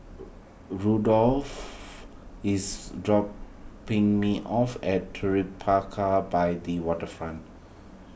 Rudolfo is dropping me off at Tribeca by the Waterfront